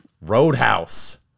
Roadhouse